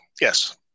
yes